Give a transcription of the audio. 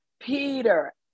Peter